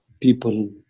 People